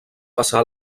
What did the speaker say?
passar